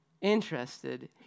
interested